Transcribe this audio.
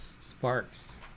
sparks